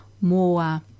more